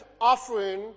offering